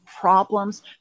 problems